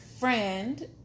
friend